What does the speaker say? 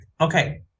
okay